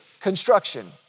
construction